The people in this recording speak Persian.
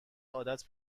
عادت